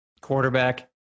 quarterback